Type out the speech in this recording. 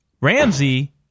Ramsey